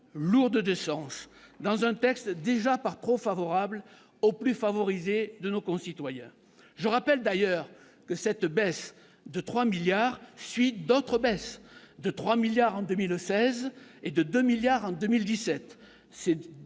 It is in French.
lourde de sens, s'appliquant à un texte déjà par trop favorable aux plus favorisés de nos concitoyens. Je rappelle d'ailleurs que cette baisse de 3 milliards d'euros suit d'autres baisses, de 3 milliards d'euros en 2016 et de 2 milliards d'euros